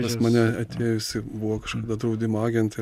pas mane atėjusi buvo kažkada draudimo agentė ir